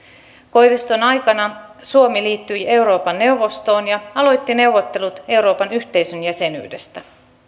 koiviston aikana suomi liittyi euroopan neuvostoon ja aloitti neuvottelut euroopan yhteisön jäsenyydestä